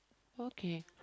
okay